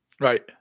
Right